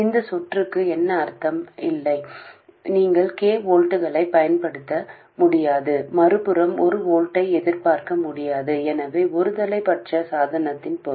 இந்த சுற்றுக்கு எந்த அர்த்தமும் இல்லை நீங்கள் k வோல்ட்களைப் பயன்படுத்த முடியாது மறுபுறம் ஒரு வோல்ட்டை எதிர்பார்க்க முடியாது எனவே இது ஒருதலைப்பட்ச சாதனத்தின் பொருள்